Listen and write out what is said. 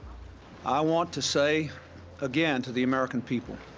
i want to say again to the american people